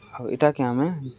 ଆଉ ଇଟାକେ ଆମେ